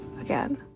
again